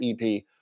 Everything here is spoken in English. EP